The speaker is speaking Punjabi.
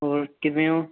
ਹੋਰ ਕਿਵੇਂ ਹੋ